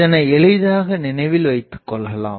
இதனை எளிதாக நினைவில் வைத்துக்கொள்ளலாம்